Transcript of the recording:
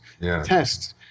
tests